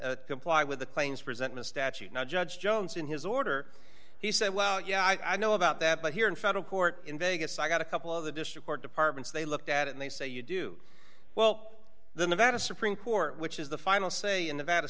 comply with the claims present statute not judge jones in his order he said well yeah i know about that but here in federal court in vegas i got a couple of the district court departments they looked at and they say you do well the nevada supreme court which is the final say in